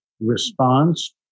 response